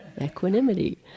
equanimity